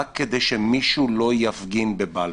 רק כדי שמישהו לא יפגין בבלפור.